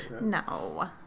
No